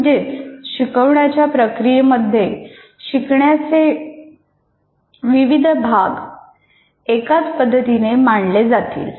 म्हणजेच शिकवण्याच्या प्रक्रियेमध्ये शिकवण्याचे विविध भाग एकाच पद्धतीने मांडले जातील